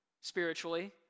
spiritually